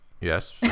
yes